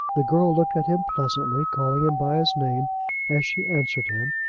the girl looked at him pleasantly, calling him by his name as she answered him,